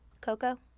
Coco